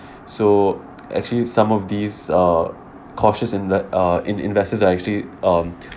so actually some of these uh cautious in that uh in investors are actually um